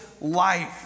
life